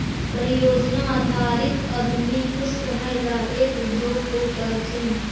परियोजना आधारित उद्यमी कुछ समय ला एक उद्योग को करथीन